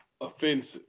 Offensive